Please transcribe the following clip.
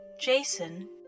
Jason